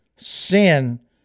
Sin